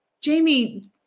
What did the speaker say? Jamie